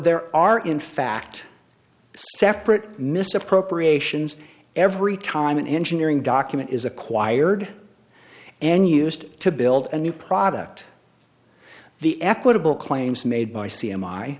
there are in fact separate misappropriations every time an engineering document is acquired and used to build a new product the equitable claims made by c m i